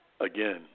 again